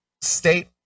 state